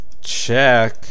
check